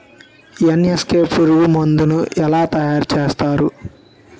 NSK పురుగు మందు ను ఎలా తయారు చేస్తారు?